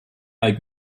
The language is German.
bei